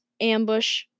ambush